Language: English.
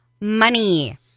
money